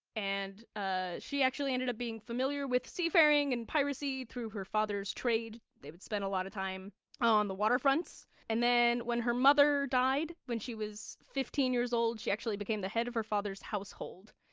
and ah she actually ended up being familiar with seafaring and piracy through her father's trade. they would spend a lot of time on the waterfronts and then when her mother died, when she was fifteen years old, she actually became the head of her father's household,